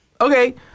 Okay